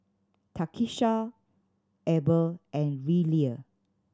Takisha Eber and Lillia